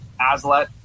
ASLET